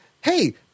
Hey